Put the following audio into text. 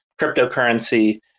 cryptocurrency